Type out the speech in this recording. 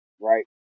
right